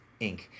inc